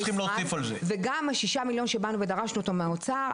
וגם השישה מילון שבאנו ודרשנו אותו מהאוצר,